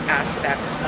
aspects